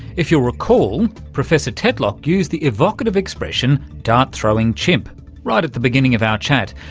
if you'll recall, professor tetlock used the evocative expression dart-throwing chimp right at the beginning of our chat.